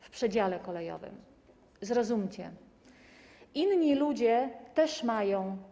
W przedziale kolejowym/ Zrozumcie/ Inni ludzie też mają/